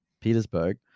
Petersburg